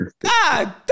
God